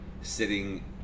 Sitting